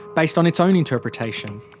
based on its own interpretation.